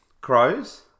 Crows